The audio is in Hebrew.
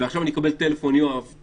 לכבוד האירוע הזה.